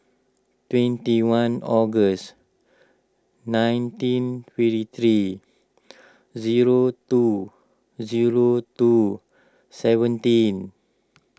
twenty one August nineteen fifty three zero two zero two seventeen